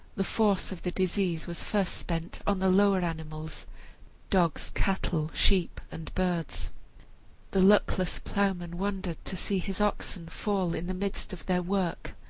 the force of the disease was first spent on the lower animals dogs, cattle, sheep, and birds the luckless ploughman wondered to see his oxen fall in the midst of their work,